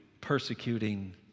persecuting